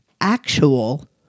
actual